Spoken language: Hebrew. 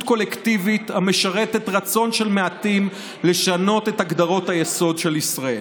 קולקטיבית המשרתת רצון של מעטים לשנות את הגדרות היסוד של ישראל.